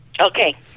Okay